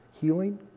healing